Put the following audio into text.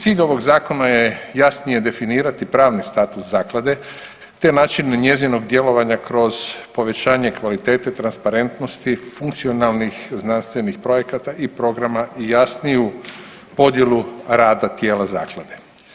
Cilj ovog zakona je jasnije definirati pravni status zaklade te načine njezinog djelovanja kroz povećanje kvalitete, transparentnosti, funkcionalnih znanstvenih projekata i programa i jasniju podjelu rada tijela zaklade.